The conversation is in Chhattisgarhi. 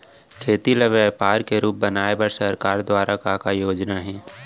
खेती ल व्यापार के रूप बनाये बर सरकार दुवारा का का योजना हे?